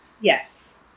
Yes